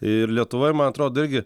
ir lietuvoj man atrodo irgi